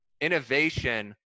innovation